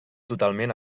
totalment